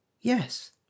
Yes